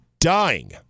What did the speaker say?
dying